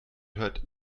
hört